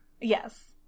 Yes